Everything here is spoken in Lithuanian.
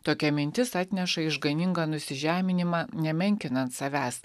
tokia mintis atneša išganingą nusižeminimą nemenkinant savęs